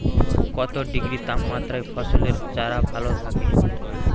কত ডিগ্রি তাপমাত্রায় ফসলের চারা ভালো থাকে?